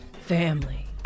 Family